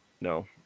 No